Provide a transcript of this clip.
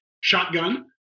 shotgun